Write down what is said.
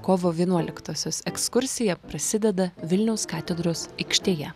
kovo vienuoliktosios ekskursija prasideda vilniaus katedros aikštėje